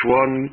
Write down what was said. one